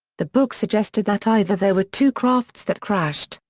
the book suggested that either there were two crafts that crashed,